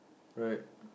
alright